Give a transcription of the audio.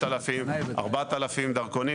5,000 דרכונים,